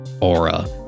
aura